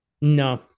No